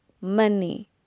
money